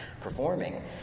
performing